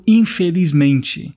infelizmente